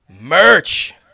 merch